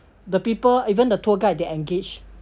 the people even the tour guide they engage